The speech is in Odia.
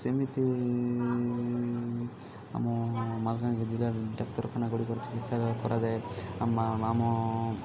ସେମିତି ଆମ ମାଲକାନଗିରି ଜିଲ୍ଲାରେ ଡାକ୍ତରଖାନା ଗୁଡ଼ିକର ଚିକିତ୍ସାଳୟ କରାଯାଏ ଆମ